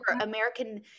american